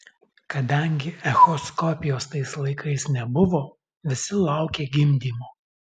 kadangi echoskopijos tais laikais nebuvo visi laukė gimdymo